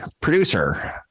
producer